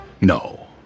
No